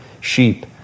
sheep